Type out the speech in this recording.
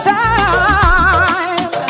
time